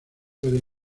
puede